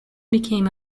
became